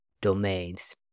domains